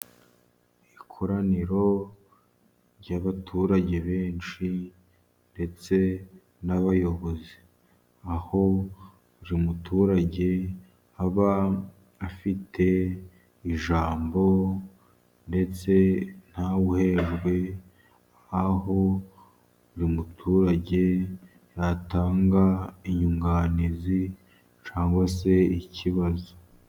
Ikoraniro ry'abaturage benshi ndetse n'abayobozi aho buri muturage aba afite ijambo ndetse ntawuhejwe, aho buri muturage yatanga inyunganizi cyangwa se ikibazo.